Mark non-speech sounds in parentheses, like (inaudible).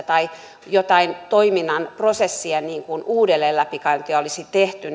(unintelligible) tai jonkin toiminnan prosessin uudelleen läpikäyntiä olisi tehty (unintelligible)